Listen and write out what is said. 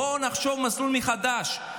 בואו נחשב מסלול מחדש.